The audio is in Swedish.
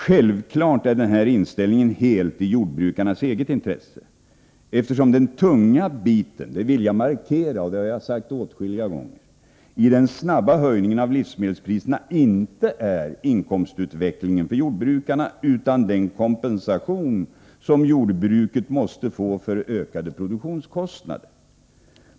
Självfallet är den här inställningen helt i jordbrukarnas eget intresse, eftersom den tunga biten — det vill jag markera, och jag har sagt det åtskilliga gånger — i den snabba höjningen av livsmedelspriserna inte är inkomstutvecklingen för jordbrukarna, utan den kompensation som jordbruket måste få för ökade produktionskostnader.